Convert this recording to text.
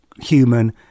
human